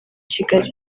kigali